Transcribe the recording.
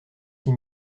six